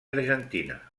argentina